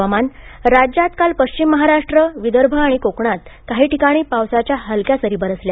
हवामान राज्यात काल पश्चिम महाराष्ट्र विदर्भ आणि कोकणात काही ठिकाणी पावसाच्या हलक्या सरी बरसल्या